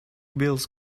bills